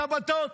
בשבתות,